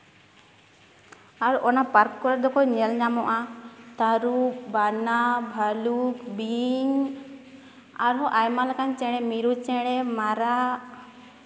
ᱟᱨ ᱚᱱᱟ ᱯᱟᱨᱠ ᱠᱚᱨᱮ ᱫᱚᱠᱚ ᱧᱮᱞ ᱧᱟᱢᱚᱜᱼᱟ ᱛᱟᱹᱨᱩᱵ ᱵᱟᱱᱟ ᱵᱷᱟᱹᱞᱩᱠ ᱵᱤᱧ ᱟᱨᱦᱚᱸ ᱟᱭᱢᱟ ᱞᱮᱠᱟᱱ ᱪᱮᱬᱮ ᱢᱤᱨᱩ ᱪᱮᱬᱮ ᱢᱟᱨᱟᱜ